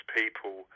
people